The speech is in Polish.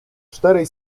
czterej